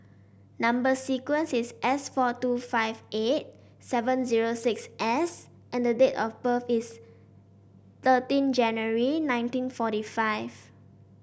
number sequence is S four two five eight seven zero six S and the date of birth is thirteen January nineteen forty five